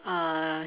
uh